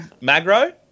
Magro